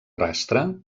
rastre